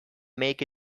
make